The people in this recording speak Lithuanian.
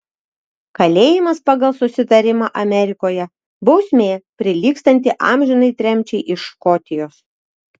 kalėjimas pagal susitarimą amerikoje bausmė prilygstanti amžinai tremčiai iš škotijos